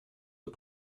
aux